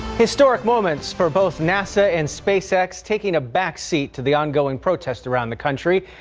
historic moments for both nasa and space x taking a back seat to the ongoing protests around the country.